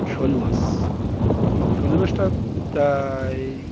শোল মাছ শোল মাছটা প্রায়